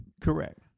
Correct